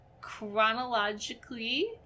chronologically